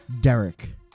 Derek